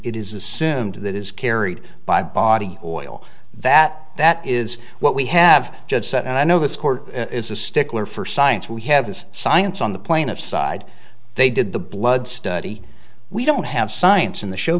it is assumed that is carried by body oil that that is what we have just said and i know this court is a stickler for science we have the science on the plaintiff side they did the blood study we don't have science in the show